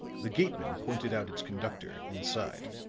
the gateman pointed out its conductor, inside,